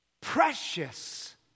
precious